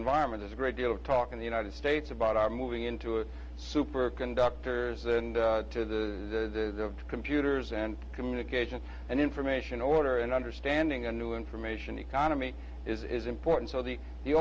environment is a great deal of talk in the united states about are moving into a superconductors and to the computers and communication and information order and understanding a new information economy is important so the the